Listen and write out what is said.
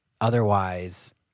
Otherwise